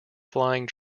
flying